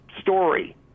story